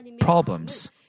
problems